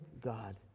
God